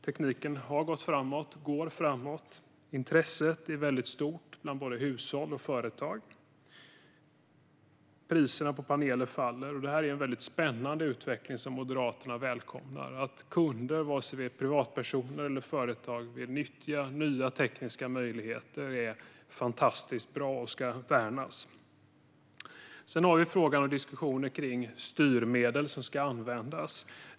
Tekniken har gått framåt och går framåt, och intresset är väldigt stort bland både hushåll och företag. Priserna på paneler faller. Det är en väldigt spännande utveckling, som Moderaterna välkomnar. Att kunder, oavsett om det är privatpersoner eller företag, vill nyttja nya tekniska möjligheter är fantastiskt bra och ska värnas. Sedan har vi frågan och diskussionen om vilka styrmedel som ska användas.